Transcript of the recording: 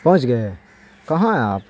پہنچ گئے کہاں ہیں آپ